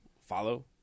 follow